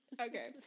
Okay